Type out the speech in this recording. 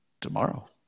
tomorrow